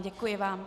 Děkuji vám.